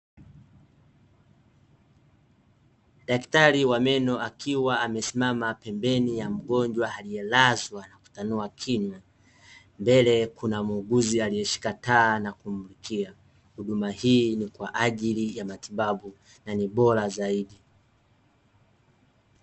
Daktari wa meno akiwa amesimama pembeni ya mgonjwa aliyelazwa na kutanua kinywa, mbele kuna muuguzi aliyeshika taa ya kumulikia. Huduma hii ni kwa ajili ya matibabu na ni bora zaidi.